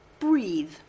breathe